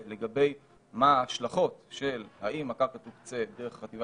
לגבי מה ההשלכות של אם הקרקע תוקצה דרך החטיבה